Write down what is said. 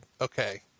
okay